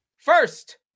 First